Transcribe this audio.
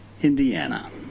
Indiana